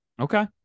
Okay